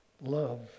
love